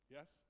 Yes